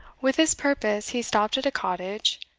with this purpose he stopped at a cottage,